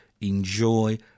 enjoy